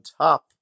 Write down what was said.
top